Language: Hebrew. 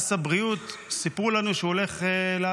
מס הבריאות, סיפרו לנו שהוא הולך לעלות.